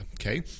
okay